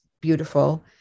beautiful